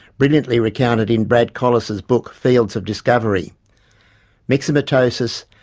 brilliantly recounted in brad collis's book fields of discovery myxomatosis,